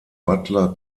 butler